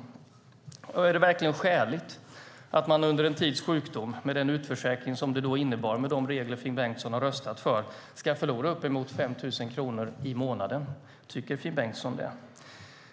Tycker Finn Bengtsson verkligen att det är skäligt att man under en tids sjukdom, med den utförsäkring som de regler som Finn Bengtsson har röstat för innebär, ska förlora uppemot 5 000 kronor i månaden?